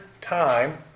time